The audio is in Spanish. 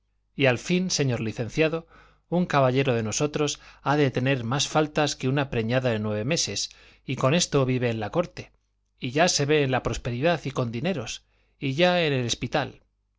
y al fin señor licenciado un caballero de nosotros ha de tener más faltas que una preñada de nueve meses y con esto vive en la corte y ya se ve en prosperidad y con dineros y ya en el espital